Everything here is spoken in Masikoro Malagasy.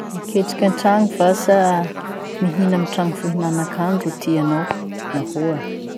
Miketriky antrano va sa mihina amy trano fihinanakany ro tinao? Nahoa?